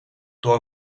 door